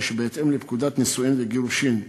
היא שבהתאם לפקודת הנישואין והגירושין (רישום),